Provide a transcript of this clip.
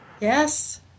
Yes